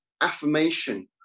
affirmation